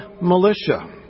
militia